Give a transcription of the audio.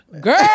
girl